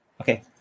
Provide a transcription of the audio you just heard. Okay